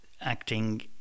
acting